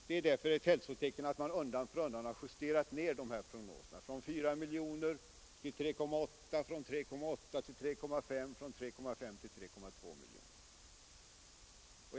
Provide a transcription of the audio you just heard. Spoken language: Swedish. Det är därför ett hälsotecken att man undan för undan har justerat ner de här prognoserna, från 4 miljoner till 3,8 miljoner, från 3,8 miljoner till 3,5 och från 3,5 till 3,2 miljoner.